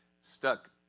stuck